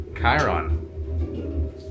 Chiron